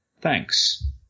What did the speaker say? thanks